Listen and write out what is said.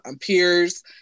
peers